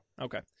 Okay